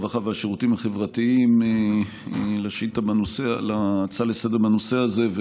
הרווחה והשירותים החברתיים על הצעה לסדר-היום בנושא הזה.